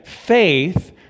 Faith